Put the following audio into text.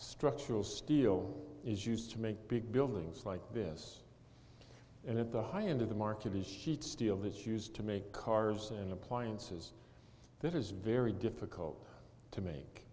structural steel is used to make big buildings like this and at the high end of the market is sheet steel that used to make cars and appliances that is very difficult to make